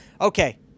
Okay